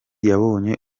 yabonye